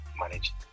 manage